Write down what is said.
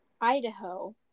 Idaho